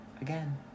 again